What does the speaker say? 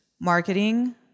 marketing